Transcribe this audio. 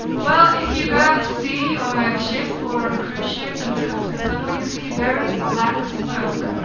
well, if you go out to sea on a ship or on a cruise ship, and look up to the funnel, you'll see very black smoke.